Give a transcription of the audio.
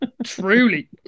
Truly